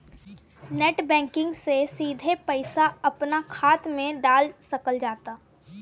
net banking से सिधे पईसा अपना खात मे डाल सकल जाता